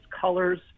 colors